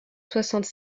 soixante